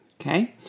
Okay